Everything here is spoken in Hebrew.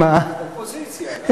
אופוזיציה, לא?